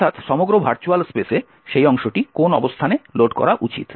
অর্থাৎ সমগ্র ভার্চুয়াল স্পেসে সেই অংশটি কোন অবস্থানে লোড করা উচিত